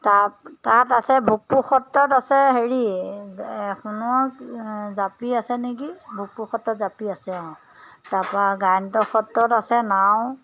তাত তাত আছে ভূগপুৰ সত্ৰত আছে হেৰি সোণৰ জাপি আছে নেকি ভূগপুৰ সত্ৰত জাপি আছে অঁ তাৰপা গায়নত সত্ৰত আছে নাও